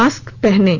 mask पहनें